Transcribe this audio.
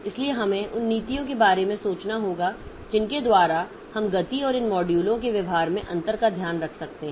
इसलिए हमें उन नीतियों के बारे में सोचना होगा जिनके द्वारा हम गति और इन मॉड्यूलों के व्यवहार में अंतर का ध्यान रख सकते हैं